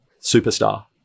superstar